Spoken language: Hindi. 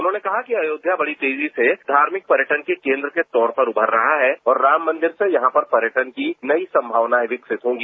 उन्होंने कहा कि अयोध्या बड़ी तेजी से धार्मिक पर्यटन के केन्द्र के तौर पर उभर रहा है और राम मंदिर से यहां पर पर्यटन की नयी संभावनाएं विकसित होंगी